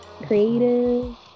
creative